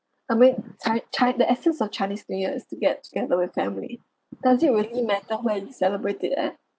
I mean chi~ chi~ the essence of chinese new year is to get together with family does it really matter where you celebrate it at